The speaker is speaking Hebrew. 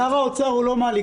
שר האוצר הוא לא מהליכוד.